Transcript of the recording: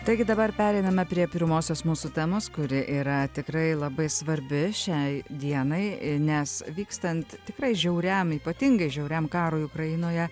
taigi dabar pereiname prie pirmosios mūsų temos kuri yra tikrai labai svarbi šiai dienai nes vykstant tikrai žiauriam ypatingai žiauriam karui ukrainoje